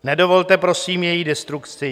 Nedovolte, prosím, její destrukci.